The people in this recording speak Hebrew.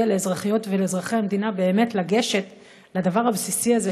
לאזרחיות ולאזרחי המדינה באמת לגשת לדבר הבסיסי הזה,